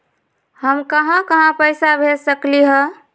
हम कहां कहां पैसा भेज सकली ह?